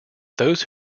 those